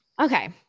Okay